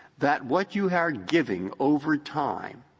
that what you are giving over time